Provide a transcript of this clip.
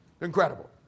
incredible